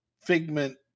figment